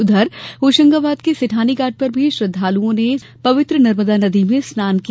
उधर होशंगाबाद के सेठानी घाट पर भी सुबह श्रद्वालुओं ने पवित्र नर्मदा नदी में स्नान किया